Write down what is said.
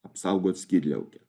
apsaugot skydliaukę